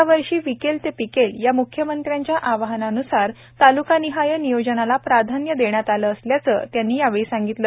यावर्षी विकेल ते पिकेल या म्ख्यमंत्र्यांच्या आवाहनान्सार तालुकानिहाय नियोजनाला प्राधान्य देण्यात आले असल्याचे यावेळी त्यांनी सांगितले